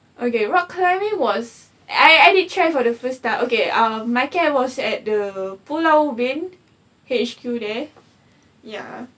okay rock climbing was I I did check for the first time okay um my camp was at the pulau ubin H_Q there ya